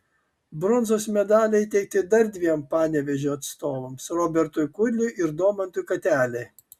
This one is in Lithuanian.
bronzos medaliai įteikti dar dviem panevėžio atstovams robertui kudliui ir domantui katelei